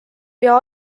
pea